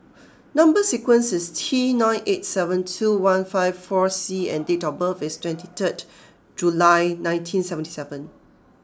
number sequence is T nine eight seven two one five four C and date of birth is twenty third July nineteen seventy seven